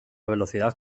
velocidad